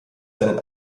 seinen